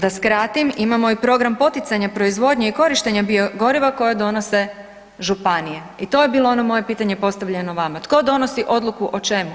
Da skratim, imamo i program poticanja proizvodnje i korištenje biogoriva koje donose županije i to je bilo ono moje pitanje postavljeno vama, tko donosi odluku o čemu